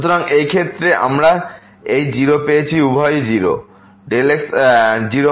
সুতরাং এই ক্ষেত্রে আমরা এই 0 পেয়েছি উভয়ই 0